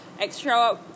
extra